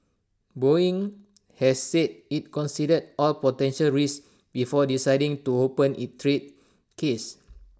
boeing has said IT considered all potential risks before deciding to open its trade case